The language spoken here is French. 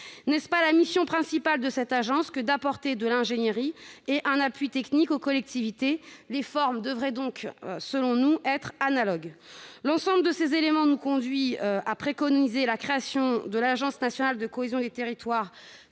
N'est-ce pas la mission principale de cette agence que d'apporter de l'ingénierie et un appui technique aux collectivités ? Les formes des deux structures devraient donc être analogues, selon nous. L'ensemble de ces éléments nous conduit à préconiser que l'agence nationale de la cohésion des territoires